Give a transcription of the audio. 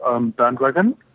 bandwagon